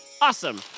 Awesome